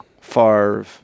Favre